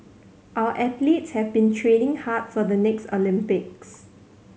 our athletes have been training hard for the next Olympics